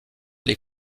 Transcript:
les